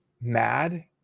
mad